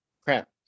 crap